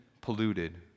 polluted